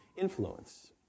Influence